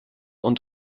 und